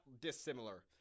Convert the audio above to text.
dissimilar